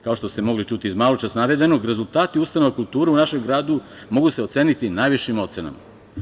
Kao što ste mogli čuti iz maločas navedenog, rezultati ustanove kulture u našem gradu mogu se oceniti najvišim ocenama.